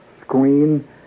screen